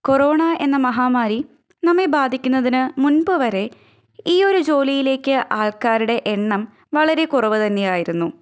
corona എന്ന മഹാമാരി നമ്മെ ബാധിക്കുന്നതിന് മുമ്പ് വരെ ഈ ഒരു ജോലിയിലേക്ക് ആള്ക്കാരുടെ എണ്ണം വളരെ കുറവ് തന്നെ ആയിരുന്നു